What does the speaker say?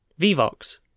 Vivox